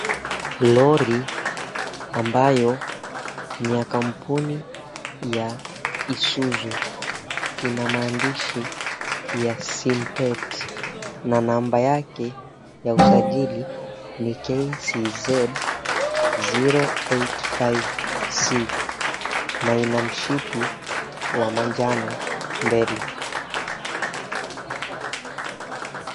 Lori ambayo ni ya kampuni ya isuzu ina maandishi ya Simpet na namba yake ya usajili ni KCZ085C na ina mshipi wa manjano mbele.